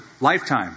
lifetime